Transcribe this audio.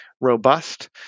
robust